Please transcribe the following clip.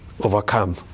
overcome